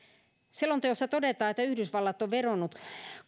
selonteossa todetaan että yhdysvallat on vedonnut